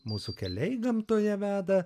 mūsų keliai gamtoje veda